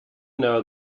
know